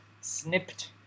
snipped